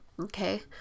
okay